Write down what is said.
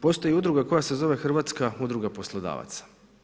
Postoji udruga koja se zove Hrvatska udruga poslodavaca.